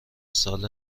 سال